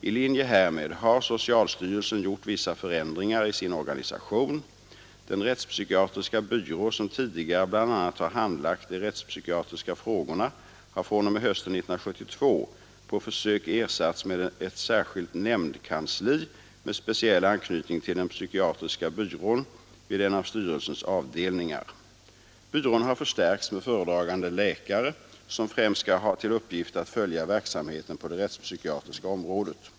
I linje härmed har socialstyrelsen gjort vissa förändringar i sin organisation. Den rättspsykiatriska byrå, som tidigare bl.a. har handlagt de rättspsykiatriska frågorna, har fr.o.m. hösten 1972 på försök ersatts med ett särskilt nämndkansli med speciell anknytning till den psykiatriska byrån vid en av styrelsens avdelningar. Byrån har förstärkts med föredragande läkare, som främst skall ha till uppgift att följa verksamheten på det rättspsykiatriska området.